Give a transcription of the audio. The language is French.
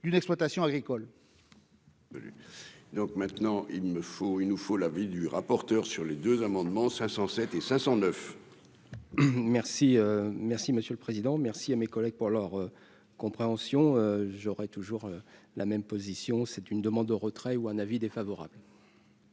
d'une exploitation agricole. De l'université. Donc maintenant il me faut, il nous faut l'avis du rapporteur sur les deux amendements 507 et 509. Merci, merci Monsieur le Président merci à mes collègues pour leur compréhension, j'aurai toujours la même position, c'est une demande de retrait ou un avis défavorable.